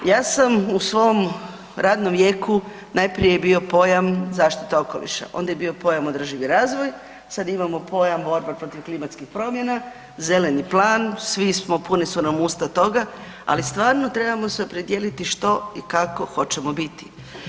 Ja sam u svom radnom vijeku, najprije je bio pojam „zaštita okoliša“, onda je bio pojam „održivi razvoj“, sad imamo pojam „borba protiv klimatskih promjena - Zeleni plan“, svi smo, puna su nam usta toga, ali stvarno trebamo se opredijeliti što i kako hoćemo biti.